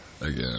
again